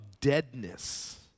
deadness